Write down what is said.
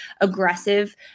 aggressive